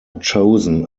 chosen